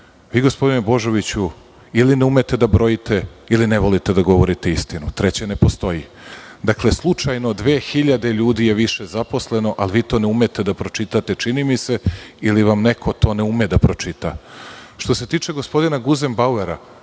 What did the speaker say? Vi gospodine Božoviću ili ne umete da brojite, ili ne volite da govorite istinu, treće ne postoji. Dakle, slučajno 2.000 ljudi je više zaposleno, ali vi to ne umete da pročitate čini mi se, ili vam neko to ne ume da pročita. Što se tiče gospodina Guzem Bauera,